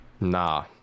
nah